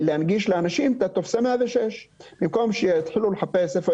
והיא להנגיש לאנשים את טופסי 106. במקום שיתחילו לחפש היכן